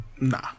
Nah